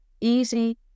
easy